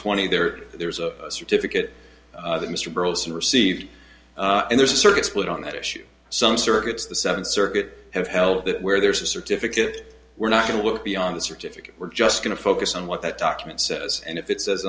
twenty there there's a certificate that mr burleson received and there's a circuit split on that issue some circuits the seventh circuit have held that where there's a certificate we're not going to look beyond the certificate we're just going to focus on what that document says and if it says